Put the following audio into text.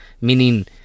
Meaning